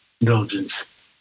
indulgence